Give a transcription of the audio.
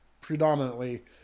predominantly